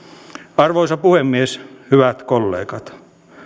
arvoisa puhemies hyvät kollegat